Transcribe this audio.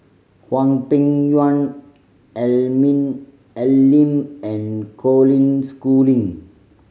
Hwang Peng Yuan Al Lim and Colin Schooling